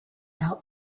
out